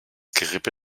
gerippe